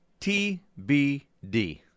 TBD